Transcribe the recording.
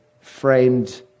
framed